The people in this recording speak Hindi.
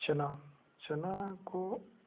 चना चना को